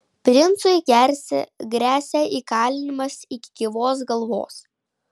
princui gresia įkalinimas iki gyvos galvos